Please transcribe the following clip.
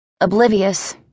oblivious